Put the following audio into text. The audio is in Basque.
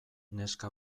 neska